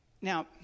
Now